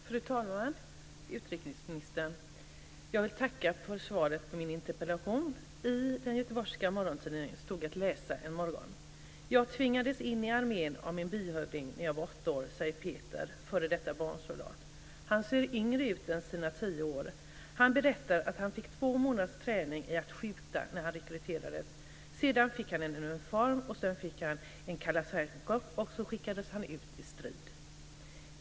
Fru talman! Utrikesministern! Jag vill tacka för svaret på min interpellation. I den göteborgska morgontidningen stod en morgon att läsa: "Jag tvingades in i armén av min byhövding när jag var åtta, säger Peter f.d. barnsoldat, han ser yngre ut än sina tio år. Han berättar att han fick två månaders träning i att skjuta när han rekryterades. Sedan fick han en uniform och en kalasjnikov och skickades ut i strid."